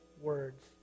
words